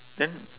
then